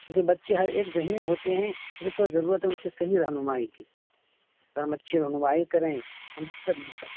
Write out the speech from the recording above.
کیونکہ بچے ہر ایک ذہین ہوتے ہیں صرف پر ضرورت ہے ان کی صحیح رہنمائی کی ا ہم اچھی رہنمائی کریں ہم کریں